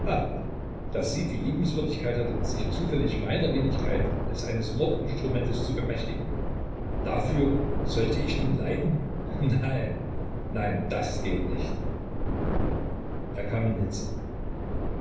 daß sie die liebenswürdigkeit hatte sich zufällig meiner wenigkeit als eines mordinstrumentes zu bemächtigen dafür sollte ich nun leiden nein nein das geht nicht er kam in hitze